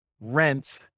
rent